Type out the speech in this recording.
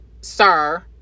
sir